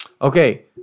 okay